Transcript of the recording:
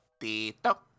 Tito